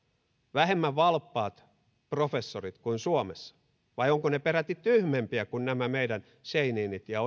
vähemmän valppaat professorit kuin suomessa vai ovatko he peräti tyhmempiä kuin nämä meidän scheininit ja